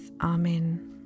Amen